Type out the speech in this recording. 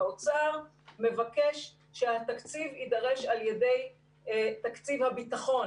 האוצר מבקש שהתקציב יידרש על ידי תקציב הביטחון